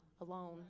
alone